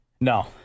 No